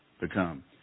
become